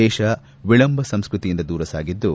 ದೇಶ ವಿಳಂಬ ಸಂಸ್ಕೃತಿಯಿಂದ ದೂರ ಸಾಗಿದ್ದು